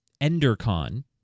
EnderCon